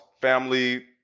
family